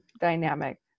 dynamic